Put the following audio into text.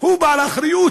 הוא בעל האחריות,